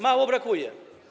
Mało brakuje.